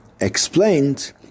explained